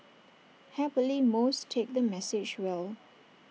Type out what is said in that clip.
happily most take the message well